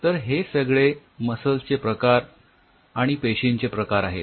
तर हे सगळे मसल्स चे प्रकार आणि पेशींचे प्रकार आहेत